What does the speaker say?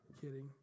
Kidding